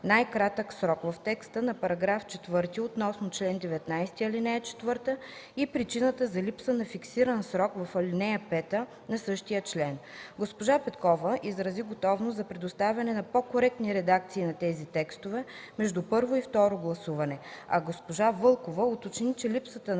„най-кратък срок” в текста на § 4 относно чл. 19, ал. 4 и причината за липса на фиксиран срок в ал. 5 на същия член. Госпожа Петкова изрази готовност за представяне на по-коректни редакции на тези текстове между първо и второ гласуване, а госпожа Вълкова уточни, че липсата на срок